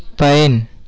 pine